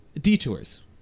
detours